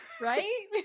right